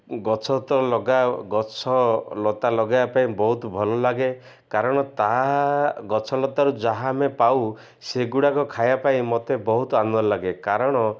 ଗଛ ତ ଲଗା ଗଛ ଲତା ଲଗେଇବା ପାଇଁ ବହୁତ ଭଲ ଲାଗେ କାରଣ ତା ଗଛ ଲତାରୁ ଯାହା ଆମେ ପାଉ ସେଗୁଡ଼ାକ ଖାଇବା ପାଇଁ ମୋତେ ବହୁତ ଆନନ୍ଦ ଲାଗେ କାରଣ